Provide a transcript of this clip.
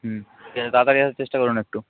হুম ঠিক আছে তাড়াতাড়ি আসার চেষ্টা করুন একটু